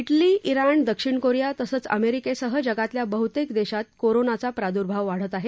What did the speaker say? daily ज्ञाण दक्षिण Korea तसंच अमेरिकेसह जगातल्या बहुतेक देशात कोरोनाचा प्रादुर्भाव वाढत आहे